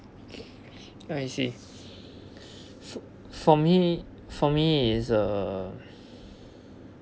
I see for for me for me it's a